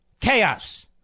Chaos